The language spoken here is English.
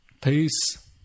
peace